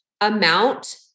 amount